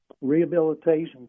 rehabilitation